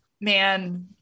Man